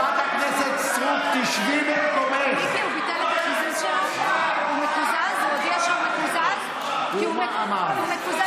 תוציא את אלה פה, למה אתה לא מוציא אותה?